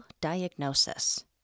diagnosis